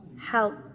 Help